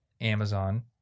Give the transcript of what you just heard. Amazon